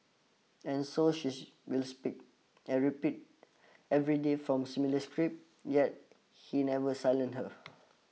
and so she will speak and repeat every day from similar script yet he never silent her